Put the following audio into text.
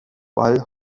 bald